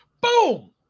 Boom